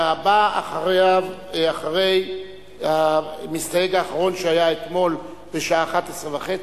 והבא אחרי המסתייג האחרון, שהיה אתמול בשעה 23:30,